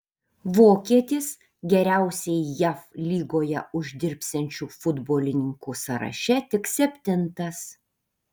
vokietis geriausiai jav lygoje uždirbsiančių futbolininkų sąraše tik septintas